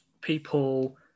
people